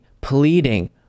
pleading